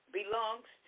belongs